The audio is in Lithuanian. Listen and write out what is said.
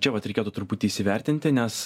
čia vat reikėtų truputį įsivertinti nes